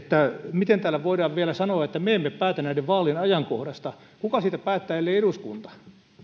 miten täällä voidaan vielä sanoa että me emme päätä näiden vaalien ajankohdasta kuka siitä päättää ellei eduskunta